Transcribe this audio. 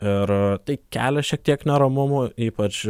ir tai kelia šiek tiek neramumų ypač